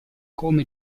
come